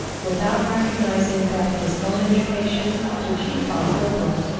without recognizing that his own education, which he calls liberal,